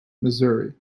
missouri